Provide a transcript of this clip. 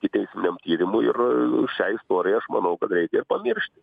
ikiteisminiam tyrimui ir šią istoriją aš manau kad reikia ir pamiršti